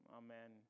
amen